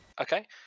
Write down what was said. Okay